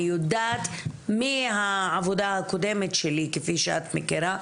אני יודעת מהעבודה הקודמת שלי, כפי שאת מכירה,